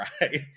right